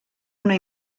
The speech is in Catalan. una